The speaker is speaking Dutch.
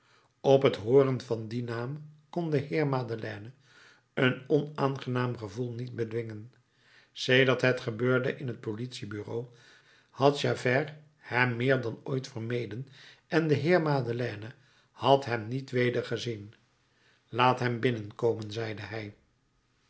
op t hooren van dien naam kon de heer madeleine een onaangenaam gevoel niet bedwingen sedert het gebeurde in het politiebureau had javert hem meer dan ooit vermeden en de heer madeleine had hem niet weder gezien laat hem binnenkomen zeide hij